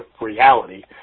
reality